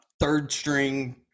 third-string